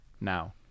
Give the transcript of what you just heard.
now